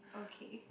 okay